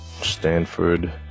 Stanford